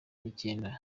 nicyenda